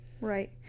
Right